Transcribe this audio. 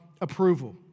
approval